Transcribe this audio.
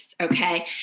okay